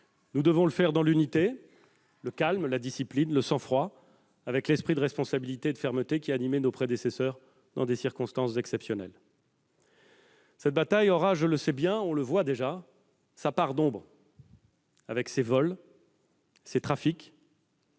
Nous devons le faire dans l'unité, le calme, la discipline, le sang-froid, avec l'esprit de responsabilité et de fermeté qui a animé nos prédécesseurs dans des circonstances exceptionnelles. Cette bataille aura, je le sais bien, et on le voit déjà, sa part d'ombre avec ces vols, ces trafics,